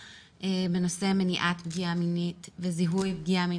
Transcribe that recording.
בנושא מניעת פגיעה מינית וזיהוי פגיעה מינית,